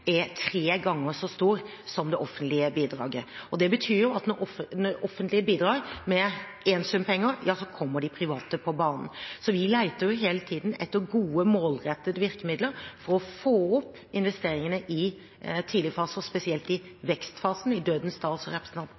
er tre ganger så stor som det offentlige bidraget. Det betyr at når det offentlige bidrar med én sum penger, kommer de private på banen. Vi leter hele tiden etter gode, målrettede virkemidler for å få opp investeringene i tidlig fase, spesielt i vekstfasen, i «dødens dal», som representanten